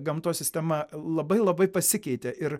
gamtos sistema labai labai pasikeitė ir